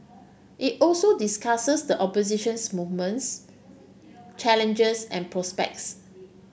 it also discusses the oppositions movement's challenges and prospects